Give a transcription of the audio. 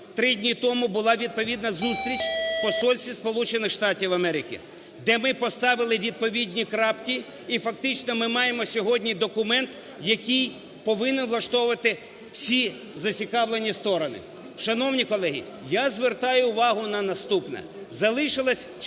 три дні тому була відповідна зустріч у Посольстві Сполучених Штатів Америки, де ми поставили відповідні крапки, і, фактично, ми маємо сьогодні документ, який повинен влаштовувати всі зацікавлені сторони. Шановні колеги, я звертаю увагу на наступне. Залишилось чотири